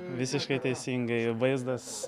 visiškai teisingai vaizdas